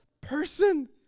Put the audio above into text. person